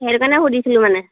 সেইটো কাৰণে সুধিছিলোঁ মানে